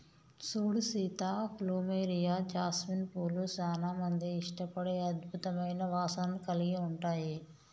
సూడు Sita plumeria, jasmine పూలు సానా మంది ఇష్టపడే అద్భుతమైన వాసనను కలిగి ఉంటాయి